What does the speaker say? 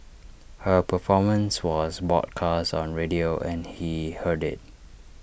her performance was broadcast on radio and he heard IT